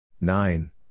Nine